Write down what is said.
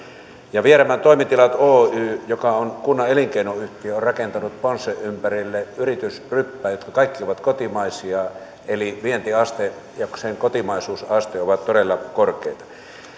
vieremän toimitilat oy joka on kunnan elinkeinoyhtiö on rakentanut ponssen ympärille yritysryppäitä jotka kaikki ovat kotimaisia eli vientiaste ja kotimaisuusaste ovat todella korkeita